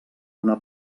una